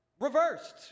reversed